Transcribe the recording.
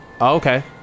Okay